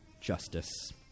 justice